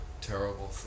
terrible